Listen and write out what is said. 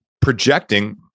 projecting